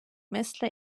مثل